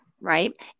right